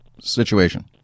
situation